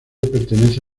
pertenece